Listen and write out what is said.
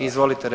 Izvolite.